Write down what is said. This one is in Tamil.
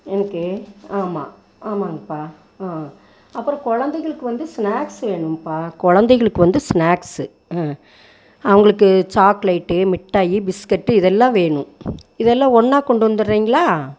எனக்கு ஆமாம் ஆமாங்ப்பா ஆ அப்புறோம் குழந்தைகளுக்கு வந்து ஸ்னாக்ஸ் வேணும்ப்பா குழந்தைகளுக்கு வந்து ஸ்னாக்ஸ்ஸு ஆ அவங்களுக்கு சாக்லேட்டு மிட்டாயி பிஸ்கட்டு இதெல்லாம் வேணும் இதெல்லாம் ஒன்றா கொண்டு வந்துட்றீங்களா